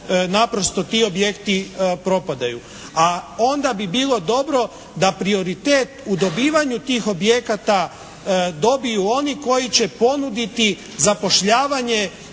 naprosto ti objekti propadaju, a onda bi bilo dobro da prioritet u dobivanju tih objekata dobiju oni koji će ponuditi zapošljavanje